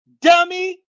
Dummy